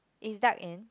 it's dark in